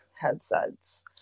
headsets